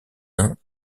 uns